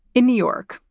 in new york,